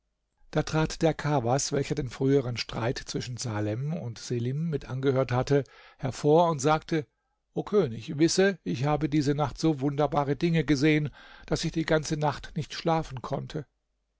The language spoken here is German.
da trat der kawas welcher den früheren streit zwischen salem und selim mit angehört hatte hervor und sagte o könig wisse ich habe diese nacht so wunderbare dinge gesehen daß ich die ganze nacht nicht schlafen konnte